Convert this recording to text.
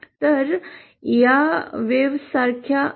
तर या लाटांसारख्या आहेत